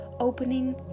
opening